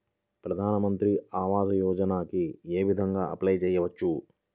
ప్రధాన మంత్రి ఆవాసయోజనకి ఏ విధంగా అప్లే చెయ్యవచ్చు?